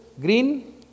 Green